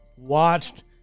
watched